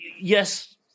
yes